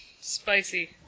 spicy